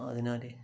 അതിനാല്